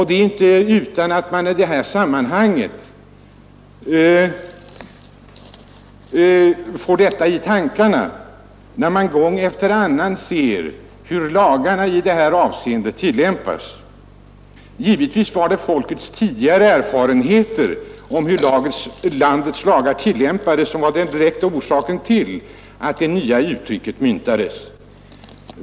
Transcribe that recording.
Det är inte utan att man i det här sammanhanget får detta i tankarna när man gång efter annan ser hur lagarna tillämpas. Givetvis var det folkets tidigare erfarenheter om hur landets lagar tillämpas som var den direkta orsaken till att det nya uttrycket myntades.